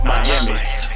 Miami